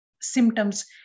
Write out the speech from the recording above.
symptoms